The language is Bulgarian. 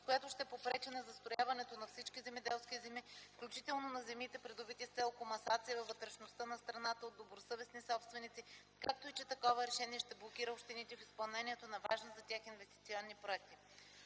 която ще попречи на застрояването на всички земеделски земи, включително на земите придобити с цел комасация във вътрешността на страната от добросъвестни собственици, както и че такова решение ще блокира общините в изпълнението на важни за тях инвестиционни проекти.